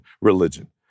religion